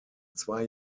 zwei